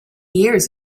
years